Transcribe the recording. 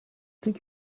think